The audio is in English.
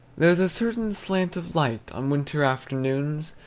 there's a certain slant of light, on winter afternoons,